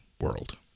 World